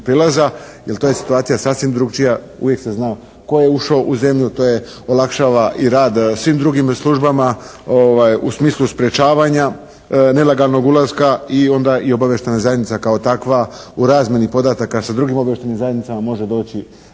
prijelaza jer to je situacija sasvim drukčija, uvijek se zna tko je ušao u zemlju, tj. olakšava i rad svim drugim službama u smislu sprječavanja nelegalnog ulaska i onda i obavještajna zajednica kao takva u razmjeni podataka sa drugim obavještajnim zajednicama može doći